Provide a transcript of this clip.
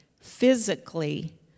physically